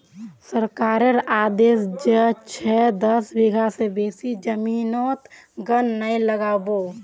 सरकारेर आदेश छ जे दस बीघा स बेसी जमीनोत गन्ना नइ लगा बो